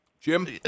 Jim